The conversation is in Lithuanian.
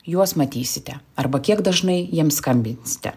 juos matysite arba kiek dažnai jiems skambinsite